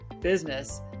business